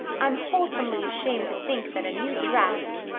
i'm wholesomely ashamed to think that a new dress.